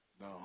No